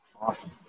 Awesome